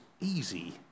easy